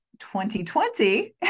2020